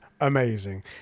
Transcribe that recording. amazing